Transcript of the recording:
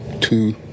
two